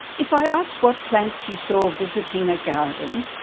if i ask what plants you saw visiting a garden,